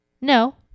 No